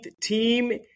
team